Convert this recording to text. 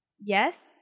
Yes